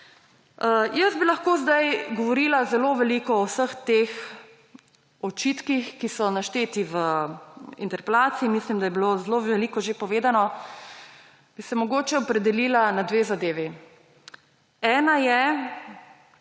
Jaz bi lahko zdaj govorila zelo veliko o vseh teh očitkih, ki so našteti v interpelaciji, mislim, da je bilo veliko veliko že povedano, bi se mogoče opredelila na dve zadevi. Ena je